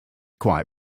quite